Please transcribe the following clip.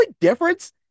difference